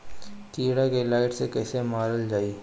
कीड़ा के लाइट से कैसे मारल जाई?